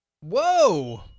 Whoa